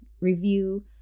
review